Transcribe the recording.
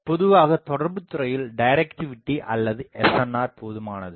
பொதுவாக தொடர்புதுறையில் டிரக்டிவிடி அல்லது SNR போதுமானது